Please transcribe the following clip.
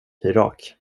irak